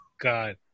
god